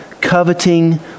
coveting